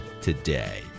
today